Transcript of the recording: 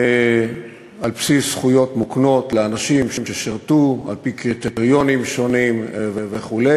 על בסיס זכויות מוקנות לאנשים ששירתו על-פי קריטריונים שונים וכו'.